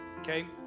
okay